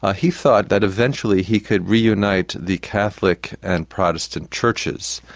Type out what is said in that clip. ah he thought that eventually he could reunite the catholic and protestant churches,